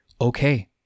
okay